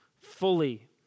fully